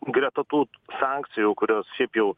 greta tų sankcijų kurios šiaip jau